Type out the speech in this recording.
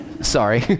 Sorry